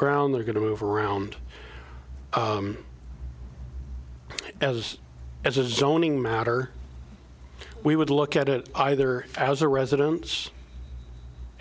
ground they're going to move around as as a zoning matter we would look at it either as a residence